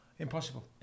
impossible